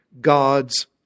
God's